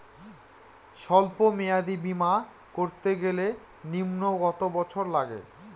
সল্প মেয়াদী বীমা করতে গেলে নিম্ন কত বছর লাগে?